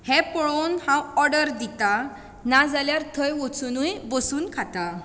हें पळोवन हांव ऑर्डर दितां नाजाल्यार थंय वचुनूय बसून खातां